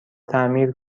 تعمیر